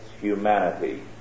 humanity